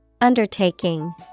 Undertaking